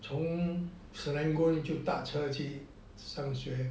从 serangoon 就打车去上学